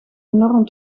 enorm